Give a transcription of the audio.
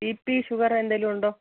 B P sugar എന്തേലുമുണ്ടോ